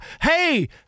Hey